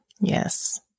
Yes